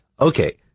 Okay